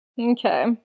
Okay